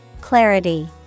Clarity